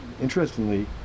interestingly